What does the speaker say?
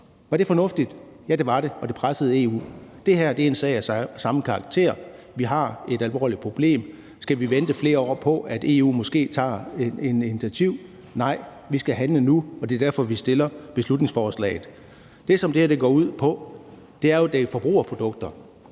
Var det fornuftigt? Ja, det var det, og det pressede EU. Det her er en sag af samme karakter. Vi har et alvorligt problem. Skal vi vente flere år på, at EU måske tager et initiativ? Nej, vi skal handle nu, og det er derfor, vi fremsætter beslutningsforslaget. Det, som det her går ud på, er jo, at det er forbrugerprodukter.